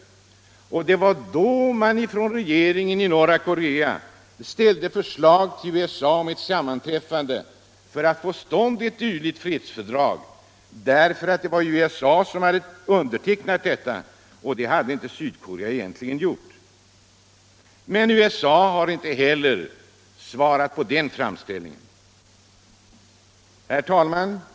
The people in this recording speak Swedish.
Regeringen i norra Korea har då förestagit USA ett sammanträffande för att försöka få ett fredsfördrag till stånd, eftersom USA men inte Sydkorea undertecknat vapenstilleståndsavtalet. Men inte heller USA har svarat på den framställningen. Herr talman!